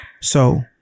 So-